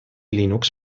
linux